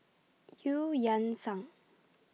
EU Yan Sang